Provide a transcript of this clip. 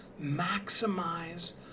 maximize